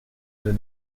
des